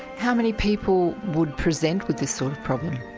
how many people would present with this sort of problem?